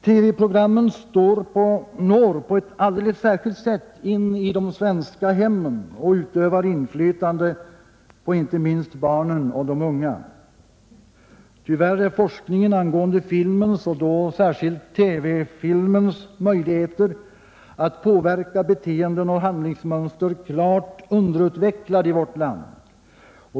TV-programmen når på ett alldeles särskilt sätt in i de svenska hemmen och utövar inflytande på inte minst barnen och ungdomarna. Tyvärr är forskningen angående filmens, särskilt TV-filmens, möjligheter att påverka beteenden och handlingsmönster klart underutvecklad i vårt land.